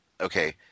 okay